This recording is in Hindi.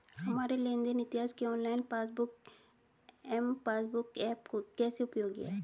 हमारे लेन देन इतिहास के online passbook M passbook app कैसे उपयोगी है?